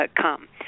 come